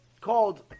called